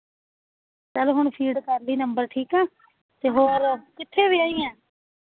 ਚਲੋ ਹੁਣ ਫੀਡ ਕਰਲੀ ਨੰਬਰ ਠੀਕ ਆ ਅਤੇ ਹੋਰ ਕਿੱਥੇ ਵਿਆਹੀ ਆ